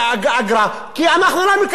כי אנחנו לא מקבלים שידור ציבורי.